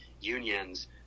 unions